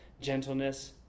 gentleness